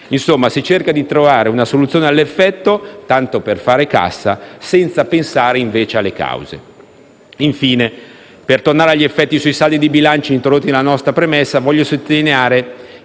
Insomma, si cerca di trovare una soluzione all'effetto tanto per fare cassa, senza pensare invece alle cause. Infine, per tornare agli effetti sui saldi di bilanci introdotti nella nostra premessa, voglio sottolineare